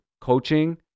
coaching